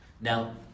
Now